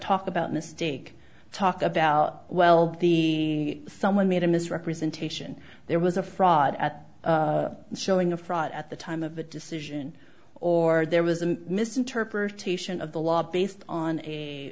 talk about mistake talk about well the someone made a misrepresentation there was a fraud at showing a fraud at the time of the decision or there was a misinterpretation of the law based on a